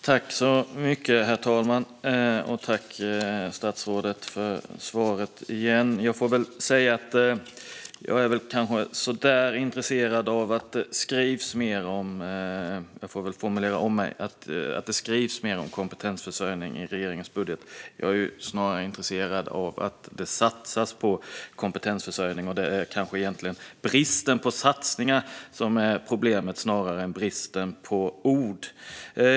Herr talman! Jag tackar återigen statsrådet för svaret. Jag får väl säga att jag inte är så värst intresserad av att det skrivs mer om kompetensförsörjning i regeringens budget, så jag får kanske formulera om det: Jag är snarare intresserad av att det satsas på kompetensförsörjning. Det är bristen på satsningar som är problemet, snarare än bristen på ord.